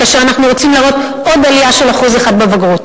כאשר אנחנו רוצים להראות עוד עלייה של 1% בבגרות.